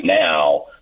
now